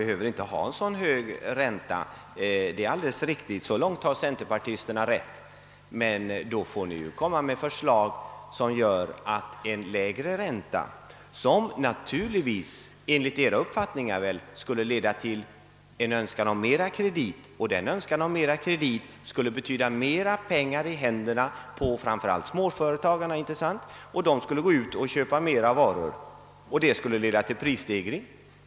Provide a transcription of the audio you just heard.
Herr talman! Räntan behöver inte vara så hög — så långt har centerpartiet rätt. Men en lägre ränta kommer naturligtvis att leda till en önskan om mera kredit, vilket i sin tur skulle betyda mera pengar i händerna på framför allt småföretagarna — inte sant? Och de skulle gå ut och köpa mera varor, vilket skulle leda till en prisstegring.